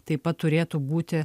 taip pat turėtų būti